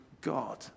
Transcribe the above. God